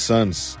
Sons